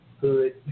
hood